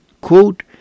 quote